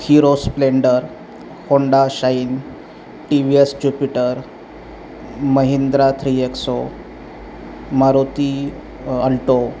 hero Splendor Honda Shine T V S Jupiter Mahindra three XO Maruti Alto